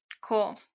cool